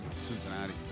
Cincinnati